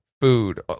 Food